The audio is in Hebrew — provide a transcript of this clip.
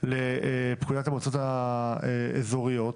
לפקודת המועצות האזוריות,